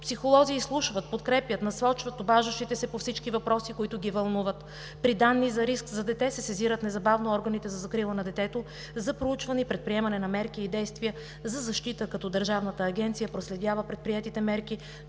Психолози изслушват, подкрепят, насочват обаждащите се по всички въпроси, които ги вълнуват. При данни за риск за дете се сезират незабавно органите за закрила на детето за проучване и предприемане на мерки и действия за защита, като Държавната агенция проследява предприетите мерки